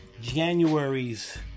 January's